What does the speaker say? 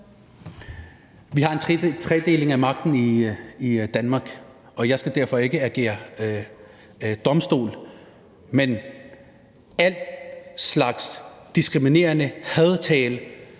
Vi har en tredeling af magten i Danmark, og jeg skal derfor ikke agere domstol. Men al slags diskriminerende hadtale